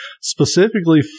specifically